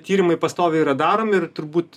tyrimai pastoviai yra daromi ir turbūt